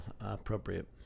appropriate